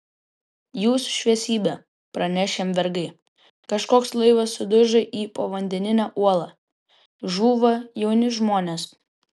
jūsų šviesybe praneš jam vergai kažkoks laivas sudužo į povandeninę uolą žūva jauni žmonės